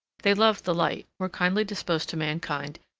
they loved the light, were kindly disposed to mankind,